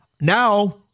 Now